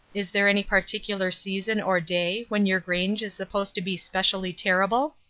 is there any particular season or day when your grange is supposed to be specially terrible?